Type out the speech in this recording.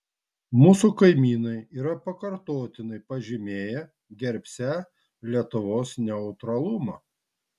mūsų kaimynai yra pakartotinai pažymėję gerbsią lietuvos neutralumą